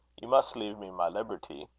you must leave me my liberty.